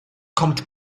kommt